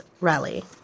rally